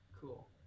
Cool